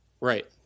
Right